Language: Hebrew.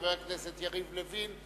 חבר הכנסת יריב לוין,